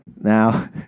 Now